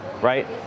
right